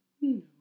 No